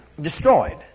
destroyed